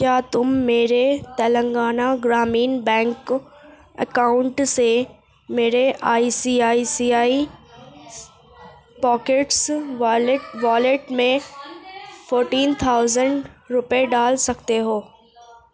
کیا تم میرے تلنگانہ گرامین بینک اکاؤنٹ سے میرے I C I C I pockets wallet wallet میں فورٹین تھاؤزینڈ روپے ڈال سکتے ہو